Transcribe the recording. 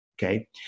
Okay